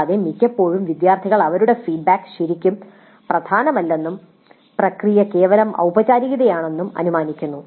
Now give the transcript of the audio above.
കൂടാതെ മിക്കപ്പോഴും വിദ്യാർത്ഥികൾ അവരുടെ ഫീഡ്ബാക്ക് ശരിക്കും പ്രധാനമല്ലെന്നും പ്രക്രിയ കേവലം ഔപചാരികതയാണെന്നും അനുമാനിക്കുന്നു